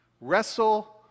wrestle